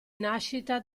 nascita